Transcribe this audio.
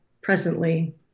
presently